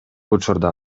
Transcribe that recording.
учурда